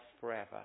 forever